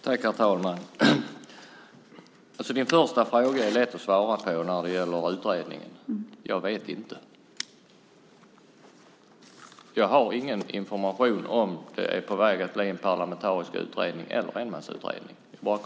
Herr talman! Den första frågan, som gäller utredningen, är lätt att svara på: Jag vet inte. Jag har ingen information om det kommer att bli en parlamentarisk utredning eller en enmansutredning.